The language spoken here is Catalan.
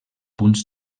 punts